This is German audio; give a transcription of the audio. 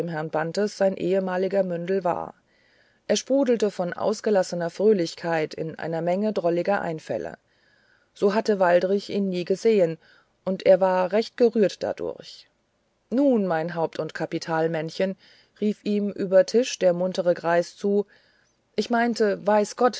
herrn bantes sein ehemaliger mündel war er sprudelte von ausgelassener fröhlichkeit in einer menge drolliger einfälle so hatte waldrich ihn nie gesehen und er ward recht gerührt dadurch nun mein haupt und kapitalmännchen rief ihm über tische der muntere greis zu ich meinte weiß gott